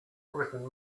written